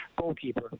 goalkeeper